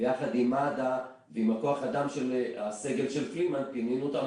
יחד עם מד"א ועם כוח האדם של הסגל של פלימן פינינו אותם,